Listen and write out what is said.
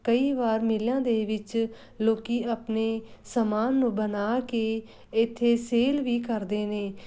ਕਈ ਵਾਰ ਮੇਲਿਆਂ ਦੇ ਵਿੱਚ ਲੋਕੀ ਆਪਣੇ ਸਮਾਨ ਨੂੰ ਬਣਾ ਕੇ ਇੱਥੇ ਸੇਲ ਵੀ ਕਰਦੇ ਨੇ